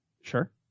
Sure